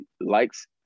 likes